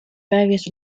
various